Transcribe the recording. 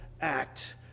act